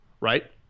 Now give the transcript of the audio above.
right